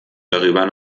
darüber